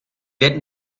werden